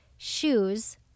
shoes